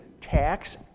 tax